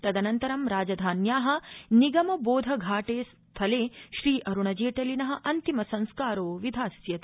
तदनन्तरं राजधान्या निगम बोध घाटे स्थले श्री अरूणजेटलिन अन्तिम संस्कारो विधास्यते